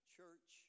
Church